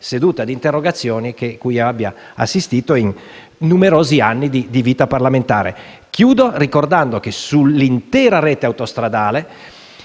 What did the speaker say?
seduta di interrogazioni cui abbia assistito in numerosi anni di vita parlamentare. Ricordo, in conclusione, che sull'intera rete autostradale